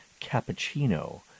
Cappuccino